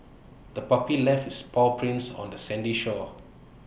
the puppy left its paw prints on the sandy shore